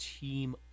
team